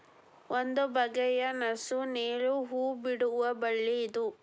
ಒಂದು ಬಗೆಯ ನಸು ನೇಲು ಹೂ ಬಿಡುವ ಬಳ್ಳಿ ಇದು